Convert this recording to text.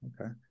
Okay